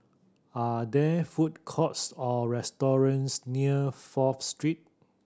are there food courts or restaurants near Fourth Street